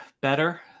better